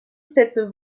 cette